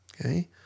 okay